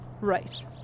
Right